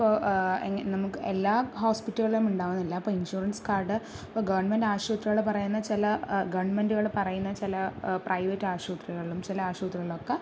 ഇപ്പോൾ എങ്ങ നമുക്ക് എല്ലാ ഹോസ്പിറ്റലുകളിലും ഉണ്ടാകുന്നില്ല അപ്പോൾ ഇൻഷുറൻസ് കാർഡ് ഇപ്പോൾ ഗവൺമെൻറ് ആശുപത്രികളിൽ പറയുന്ന ചില ഗവൺമെന്റുകൾ പറയുന്ന ചില പ്രൈവറ്റ് ആശുപത്രികളിലും ചില ആശുപത്രികളിലൊക്കെ